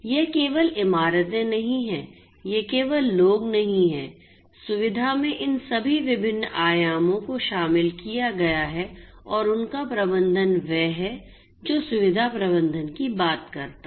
यह केवल इमारतें नहीं हैं यह केवल लोग नहीं हैं सुविधा में इन सभी विभिन्न आयामों को शामिल किया गया है और उनका प्रबंधन वह है जो सुविधा प्रबंधन की बात करता है